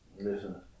Listen